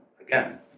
again